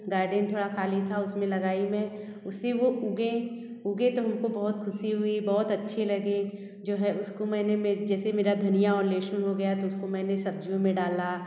garden थोड़ा खाली था उसमें लगाई मैं उससे वो उगें उगे तो हमको बहुत खुशी हुई बहुत अच्छे लगे जो है उसको मैंने जैसा मेरा धनिया और लहसुन हो गया तो उसको मैंने सब्जियों में डाला